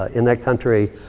ah in that country,